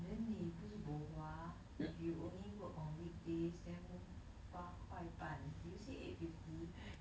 then 你不是 bo hua if you only work on weekdays then 八块半 did you say eight fifty